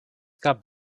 gab